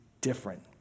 different